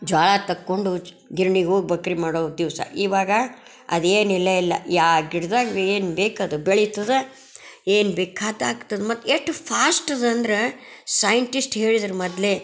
ಜೋಳ ತಕ್ಕೊಂಡು ಗಿರ್ಣಿಗೆ ಹೋಗಿ ಭಕ್ರಿ ಮಾಡೋ ದಿವಸ ಇವಾಗ ಅದೇನಿಲ್ಲ ಇಲ್ಲ ಯಾವ ಗಿಡ್ದಾಗ ಏನು ಬೇಕದು ಬೆಳಿತದೆ ಏನು ಬೇಕಾದ್ದು ಆಗ್ತದೆ ಮತ್ತು ಎಷ್ಟು ಫಾಶ್ಟ್ ಅದು ಅಂದರೆ ಸೈಂಟಿಶ್ಟ್ ಹೇಳಿದಾರೆ ಮೊದಲೇ